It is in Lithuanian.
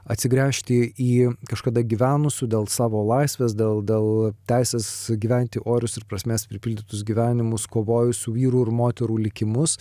atsigręžti į kažkada gyvenusių dėl savo laisvės dėl dėl teisės gyventi orius ir prasmės pripildytus gyvenimus kovojusių vyrų ir moterų likimus